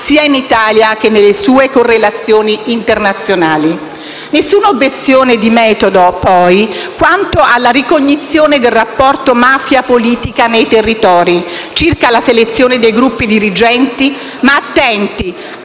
sia in Italia, che nelle sue correlazioni internazionali. Nessuna obiezione di metodo, poi, quanto alla ricognizione del rapporto mafia-politica nei territori, circa la selezione dei gruppi dirigenti; ma attenti,